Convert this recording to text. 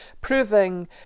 proving